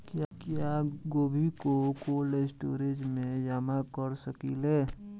क्या गोभी को कोल्ड स्टोरेज में जमा कर सकिले?